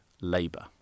labour